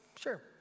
sure